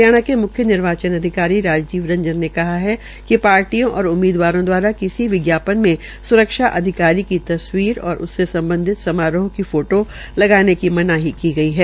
हरियाणा के मुख्य निर्वाचन अधिकारी राजीव रंजन ने कहा कि पार्टियों और उम्मीदवारों दवारा किसी विज्ञापन मे सुरक्षा अधिकारी की तस्वीर और उससे सम्बधित समारोह की फोटो लगाने की मनाही की गई है